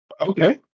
Okay